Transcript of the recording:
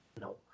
No